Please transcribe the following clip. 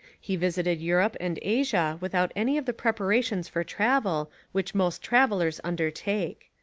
he visited europe and asia without any of the preparations for travel which most travellers undertake.